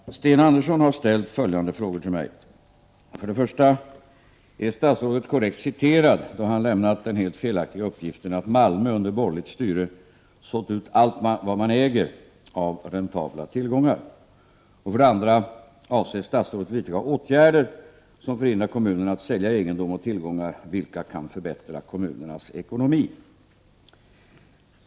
Fru talman! Sten Andersson i Malmö har ställt följande frågor till mig: 1. Ärstatsrådet korrekt citerad då han lämnat den helt felaktiga uppgiften, att Malmö under borgerligt styre sålt ut allt vad man äger av räntabla tillgångar? 2. Avser statsrådet vidta åtgärder som förhindrar kommunerna att sälja egendom och tillgångar vilka kan förbättra kommunernas ekonomi?